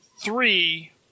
three